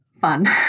fun